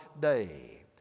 day